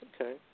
Okay